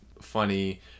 funny